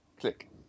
click